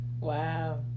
Wow